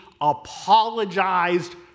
apologized